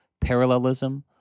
parallelism